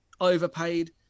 overpaid